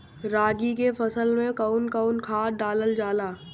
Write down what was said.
रागी के फसल मे कउन कउन खाद डालल जाला?